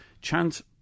Chance